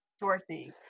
Dorothy